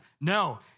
no